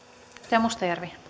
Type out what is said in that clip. arvoisa